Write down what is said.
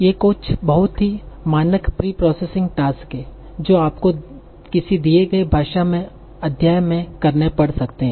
ये कुछ बहुत ही मानक प्री प्रोसेसिंग टास्क हैं जो आपको किसी दिए गए भाषा में अध्याय में करने पड़ सकते हैं